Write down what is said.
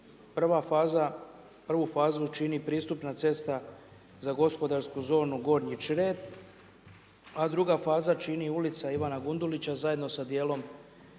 Prvu fazu čini pristupna cesta za gospodarsku zonu Gornji Čret a druga faza čini ju Ulica Ivana Gundulića zajedno sa dijelom